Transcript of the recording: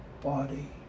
body